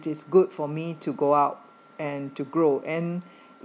it's good for me to go out and to grow and